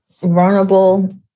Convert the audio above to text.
vulnerable